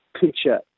picture